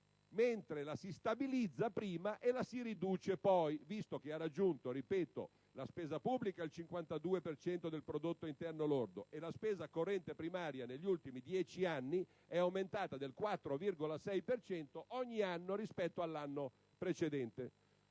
mentre la si stabilizza prima e la si riduce poi, visto che - ripeto - la spesa pubblica ha raggiunto il 52 per cento del prodotto interno lordo e la spesa corrente primaria negli ultimi 10 anni è aumentata del 4,6 per cento ogni anno rispetto all'anno precedente.